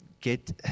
get